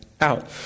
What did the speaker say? out